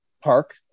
park